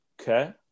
okay